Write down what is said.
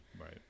Right